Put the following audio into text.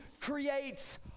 creates